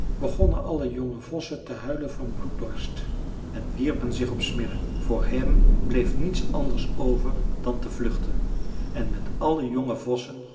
begonnen alle jonge vossen te huilen van bloeddorst en wierpen zich op smirre voor hem bleef niets anders over dan te vluchten en met alle jonge vossen